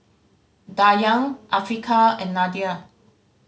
Dayang Afiqah and Nadia